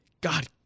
god